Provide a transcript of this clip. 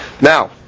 Now